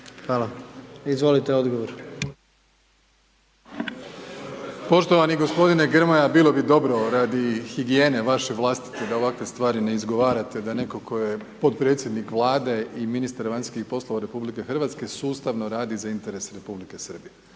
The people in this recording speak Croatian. Andrej (HDZ)** Poštovani gospodine Grmoja bilo bi dobro radi higijene vaše vlastite da ovakve stvari ne izgovarate da neko ko je podpredsjednik Vlade i ministar vanjskih poslova RH sustavno radi za interes Republike Srbije.